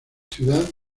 ciudad